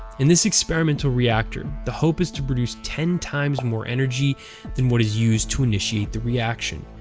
in this experimental reactor, the hope is to produce ten times more energy than what is used to initiate the reaction,